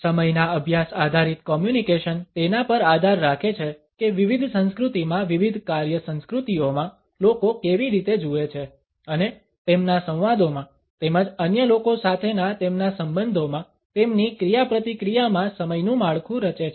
સમયના અભ્યાસ આધારિત કોમ્યુનિકેશન તેના પર આધાર રાખે છે કે વિવિધ સંસ્કૃતિમાં વિવિધ કાર્ય સંસ્કૃતિઓમાં લોકો કેવી રીતે જુએ છે અને તેમના સંવાદોમાં તેમજ અન્ય લોકો સાથેના તેમના સંબંધોમાં તેમની ક્રિયાપ્રતિક્રિયા માં સમયનું માળખુ રચે છે